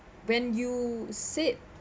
when you said